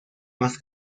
más